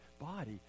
body